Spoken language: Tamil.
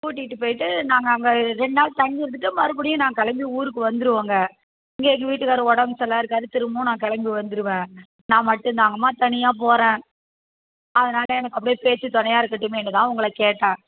கூட்டிகிட்டு போய்ட்டு நாங்கள் அங்கெ ரெண்டு நாள் தங்கி இருந்துட்டு மறுபடியும் நான் கிளம்பி ஊருக்கு வந்துடுவோங்க இங்கே எங்கள் வீட்டுக்காரரு உடம்பு சரியில்லாத இருக்குறாரு திரும்பவும் நான் கிளம்பி வந்துடுவேன் நான் மட்டும் தாம்மா தனியாக போகிறேன் அதனால் எனக்கு அப்டேயே பேச்சு துணையா இருக்கட்டுமேன்னு தான் உங்களை கேட்டேன்